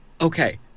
Okay